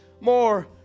more